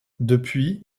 depuis